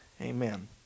amen